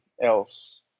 else